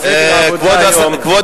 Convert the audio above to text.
מפלגת העבודה התפלגה, למעשה לכבוד